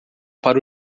para